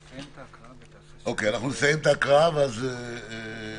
נסיים את ההקראה, ואז נראה.